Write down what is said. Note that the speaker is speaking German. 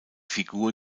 figur